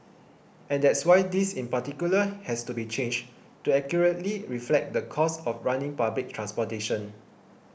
and that's why this in particular has to be changed to accurately reflect the cost of running public transportation